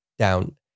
down